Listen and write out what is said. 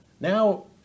now